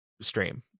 stream